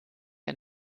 ein